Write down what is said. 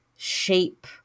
Shape